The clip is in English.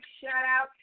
shout-out